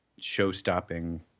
show-stopping